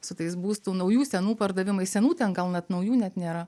su tais būstų naujų senų pardavimais senų ten gal net naujų net nėra